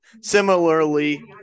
Similarly